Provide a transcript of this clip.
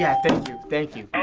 yeah thank you. thank you.